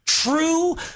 true